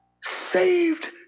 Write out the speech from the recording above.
saved